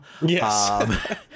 Yes